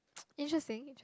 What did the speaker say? interesting interesting